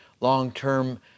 long-term